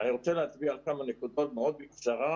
אני רוצה להצביע על כמה נקודות מאוד בקצרה.